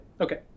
Okay